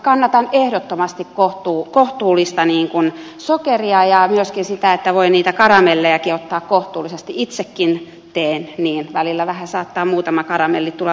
kannatan ehdottomasti kohtuullista sokerinkäyttöä ja myöskin sitä että voi niitä karamellejakin ottaa kohtuullisesti itsekin teen niin välillä vähän saattaa muutama karamelli tulla liikaakin syötyä